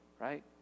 right